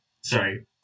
Sorry